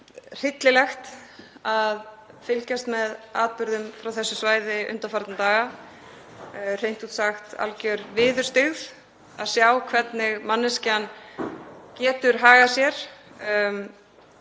hryllilegt að fylgjast með atburðum á þessu svæði undanfarna daga, hreint út sagt algjör viðurstyggð að sjá hvernig manneskjan getur hagað sér.